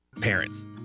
Parents